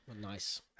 Nice